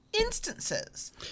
instances